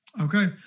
Okay